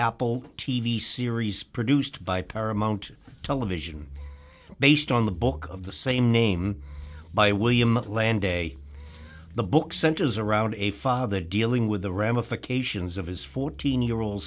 apple t v series produced by paramount television based on the book of the same name by william landay the book centers around a father dealing with the ramifications of his fourteen year o